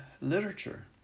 literature